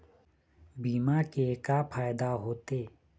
बीमा के का फायदा होते?